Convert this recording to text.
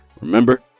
Remember